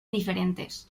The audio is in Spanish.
diferentes